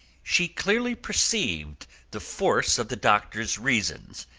she clearly perceived the force of the doctor's reasons,